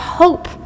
hope